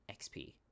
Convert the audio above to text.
XP